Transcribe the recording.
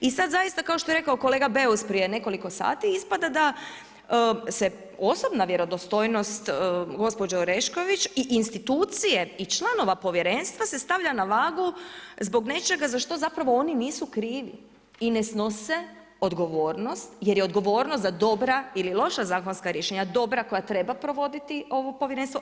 I sad zaista kao što je rekao kolega Beus prije nekoliko sati ispada da se osobna vjerodostojnost gospođe Orešković i institucije i članova povjerenstva se stavlja na vagu zbog nečega za što zapravo oni nisu krivi i ne snose odgovornost jer je odgovornost za dobra ili loša zakonska rješenja dobra koja treba provoditi ovo povjerenstvo.